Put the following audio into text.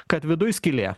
kad viduj skylė